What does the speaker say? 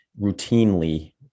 routinely